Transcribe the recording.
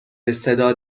بصدا